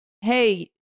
hey